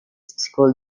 school